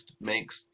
makes